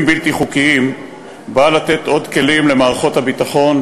בלתי חוקיים באה לתת עוד כלים למערכות הביטחון,